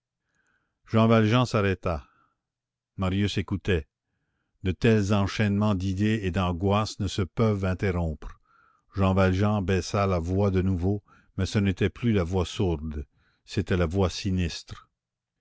jean valjean s'arrêta marius écoutait de tels enchaînements d'idées et d'angoisses ne se peuvent interrompre jean valjean baissa la voix de nouveau mais ce n'était plus la voix sourde c'était la voix sinistre